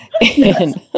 Yes